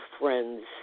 friends